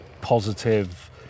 positive